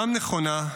גם נכונה,